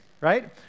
right